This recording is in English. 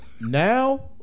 Now